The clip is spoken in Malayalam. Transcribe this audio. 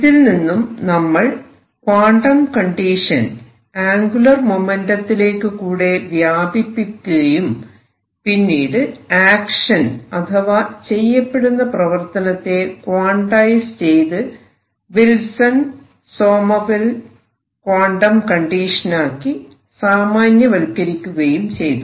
ഇതിൽ നിന്നും നമ്മൾ ക്വാണ്ടം കണ്ടീഷൻ ആംഗുലർ മൊമെൻറ്റത്തിലേക്ക് കൂടെ വ്യാപിപ്പിക്കുകയും പിന്നീട് 'ആക്ഷൻ' അഥവാ ചെയ്യപ്പെടുന്ന പ്രവർത്തനത്തെ ക്വാണ്ടയിസ് ചെയ്ത് വിൽസൺ സോമർഫെൽഡ് ക്വാണ്ടം കണ്ടീഷനാക്കി സാമാന്യവൽക്കരിക്കയും ചെയ്തു